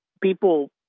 people